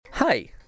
Hi